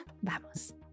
Vamos